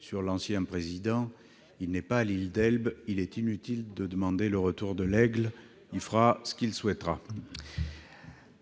République : comme il n'est pas à l'île d'Elbe, il est inutile de demander le retour de l'Aigle- il fera ce qu'il souhaitera !